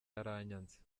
yaranyanze